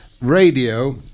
radio